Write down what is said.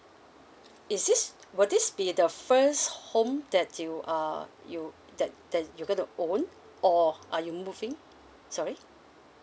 is this will this be the first home that you are you that that you going to own or are you moving sorry